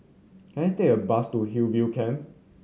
can I take a bus to Hillview Camp